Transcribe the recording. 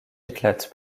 éclate